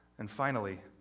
and finally,